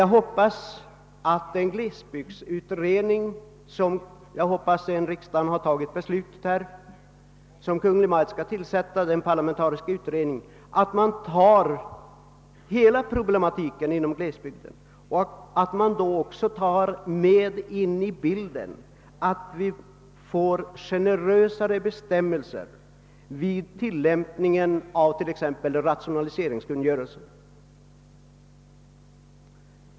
Jag hoppas nu att den parlamentariska glesbygdsutredning som bankoutskottet föreslagit och riksdagen väl senare beslutar om kommer att ta upp hela glesbygdsproblematiken och då även beaktar nödvändigheten av mera generösa bestämmelser vid tillämpningen av t.ex. rationaliseringskungörelsen.